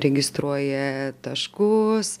registruoja taškus